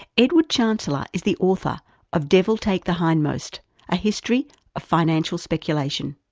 edward chancellor is the author of devil take the hindmost a history of financial speculation.